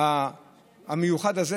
המיוחד הזה.